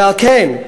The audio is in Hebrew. ועל כן,